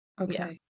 Okay